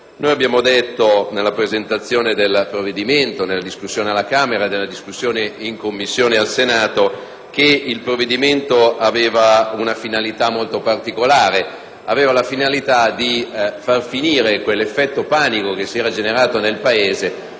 Noi abbiamo detto, nella presentazione del provvedimento, nella discussione alla Camera e poi in quella in Commissione al Senato, che il provvedimento aveva una finalità molto particolare: porre fine a quell'effetto panico che si era generato nel Paese